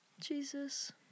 Jesus